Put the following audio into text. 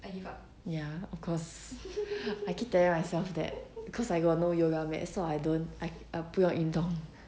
ya of cause I keep telling myself that because I got no yoga mat so I don't I 不要运动